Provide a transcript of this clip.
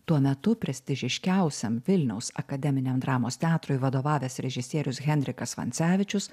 tuo metu prestižiškiausiam vilniaus akademiniam dramos teatrui vadovavęs režisierius henrikas vancevičius